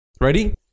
Ready